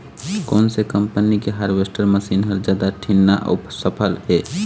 कोन से कम्पनी के हारवेस्टर मशीन हर जादा ठीन्ना अऊ सफल हे?